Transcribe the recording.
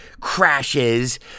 crashes